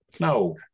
no